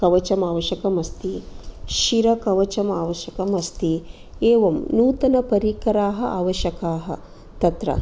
कवचम् आवश्यकम् अस्ति शिरकवचम् आवश्यकम् अस्ति एवं नूतनपरिकराः अवश्यकाः तत्र